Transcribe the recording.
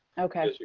okay,